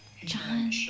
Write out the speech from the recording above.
John